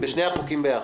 לשני החוקים ביחד?